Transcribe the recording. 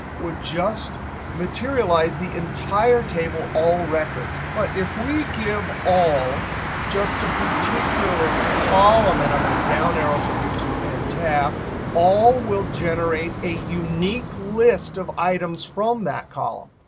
would just materialize the entire table all records. but if we give all just a particular column and i'm going to down arrow to region and tab all will generate a unique list of items from that column.